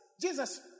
Jesus